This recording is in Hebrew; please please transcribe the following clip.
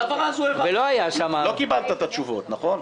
לא קיבלת את התשובות, נכון?